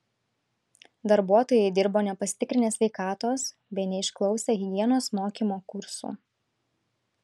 darbuotojai dirbo nepasitikrinę sveikatos bei neišklausę higienos mokymo kursų